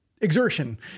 exertion